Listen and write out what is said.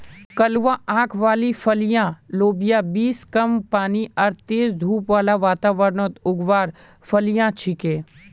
कलवा आंख वाली फलियाँ लोबिया बींस कम पानी आर तेज धूप बाला वातावरणत उगवार फलियां छिके